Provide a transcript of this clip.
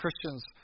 Christians